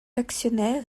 actionnaire